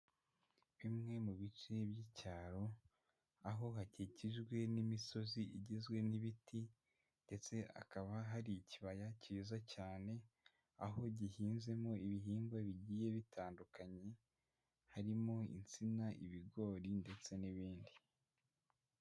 Bimwe mu bice by'icyaro, aho hakikijwe n'imisozi igizwe n'ibiti, ndetse hakaba hari ikibaya cyiza cyane, aho gihinzemo ibihingwa bigiye bitandukanye, harimo insina, ibigori, ndetse n'ibindi.